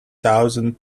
thousand